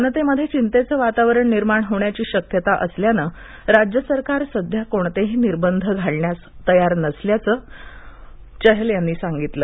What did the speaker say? जनतार्थ्यशितत्तवातावरण निर्माण होण्याची शक्यता असल्यानं राज्य सरकार सध्या कोणतही निर्बंध घालण्यास तयार नसल्याचं चहल यांनी काल सांगितलं